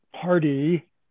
party